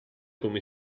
come